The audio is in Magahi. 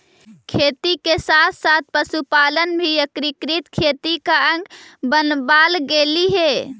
खेती के साथ साथ पशुपालन भी एकीकृत खेती का अंग बनवाल गेलइ हे